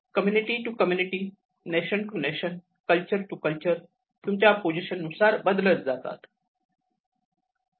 community to community nation to nation culture to culture तुमच्या position नुसार बदलत जातात